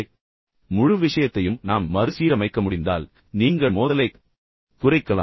எனவே முழு விஷயத்தையும் நாம் மறுசீரமைக்க முடிந்தால் மீண்டும் நீங்கள் மோதலைக் குறைக்கலாம்